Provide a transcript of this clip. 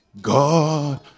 God